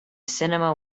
cinema